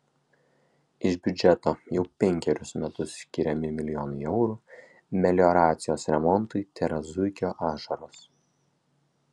iš biudžeto jau penkerius metus skiriami milijonai eurų melioracijos remontui tėra zuikio ašaros